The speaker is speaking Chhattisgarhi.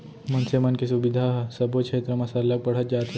मनसे मन के सुबिधा ह सबो छेत्र म सरलग बढ़त जात हे